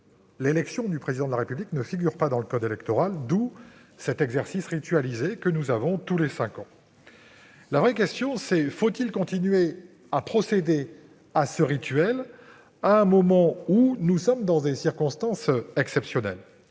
l'élection du Président de la République ne figure pas dans le code électoral. D'où cet exercice ritualisé que nous exécutons tous les cinq ans. La vraie question est :« Faut-il continuer à procéder à ce rituel à un moment où nous faisons face à des circonstances exceptionnelles ?